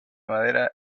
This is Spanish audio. madera